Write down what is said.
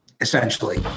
essentially